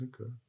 okay